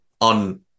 on